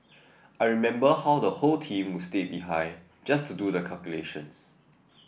I remember how the whole team would stay behind just to do the calculations